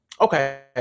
okay